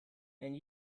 and